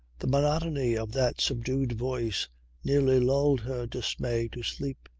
the monotony of that subdued voice nearly lulled her dismay to sleep.